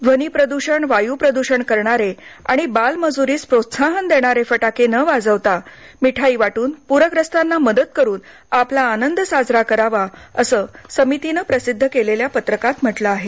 ध्वनी प्रद्षण वायू प्रद्षण करणारे आणि बाल मज्रीस प्रोत्साहन देणारे फटाके न वाजवता मिठाई वाटून प्रग्रस्तांना मदत करून आपला आनंद साजरा करावा असं समितीनं प्रसिद्ध केलेल्या पत्रकात म्हटलं आहे